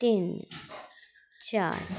तिन चार